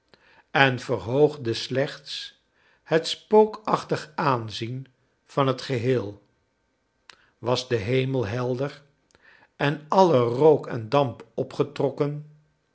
en verhoogde slechts het spookachtig aanzien van het geheel was de hemel helder en alle rook en damp opgetrokken